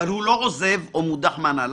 כאשר אותו עובד לא עוזב או מודח מההנהלה,